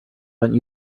gotten